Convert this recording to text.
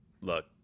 look